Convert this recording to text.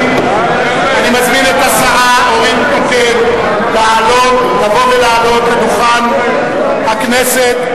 את השרה אורית נוקד לבוא ולעלות לדוכן הכנסת,